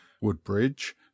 Woodbridge